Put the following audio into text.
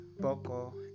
Boko